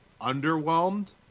underwhelmed